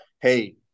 hey